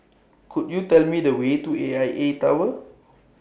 Could YOU Tell Me The Way to A I A Tower